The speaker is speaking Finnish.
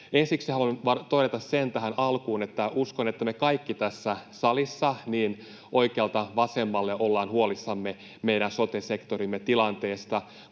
Ensiksi haluan todeta tähän alkuun sen, että uskon, että me kaikki tässä salissa oikealta vasemmalle ollaan huolissamme meidän sote-sektorimme tilanteesta,